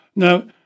Now